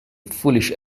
foolish